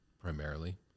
primarily